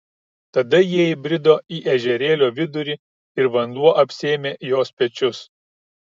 tada jie įbrido į ežerėlio vidurį ir vanduo apsėmė jos pečius